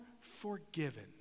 forgiven